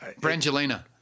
Brangelina